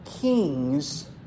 kings